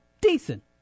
decent